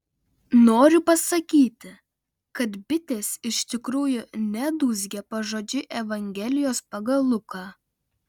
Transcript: noriu pasakyti kad bitės iš tikrųjų nedūzgė pažodžiui evangelijos pagal luką